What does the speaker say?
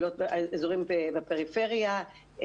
אזורים בפריפריה,